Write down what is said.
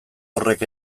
horrek